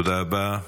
תודה רבה,